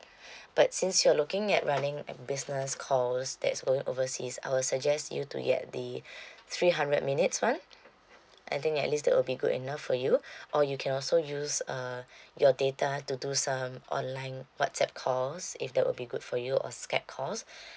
but since you are looking at running and business calls that's going overseas I will suggest you to get the three hundred minutes [one] I think at least that will be good enough for you or you can also use uh your data to do some online whatsapp calls if that will be good for you or skype calls